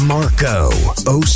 Marco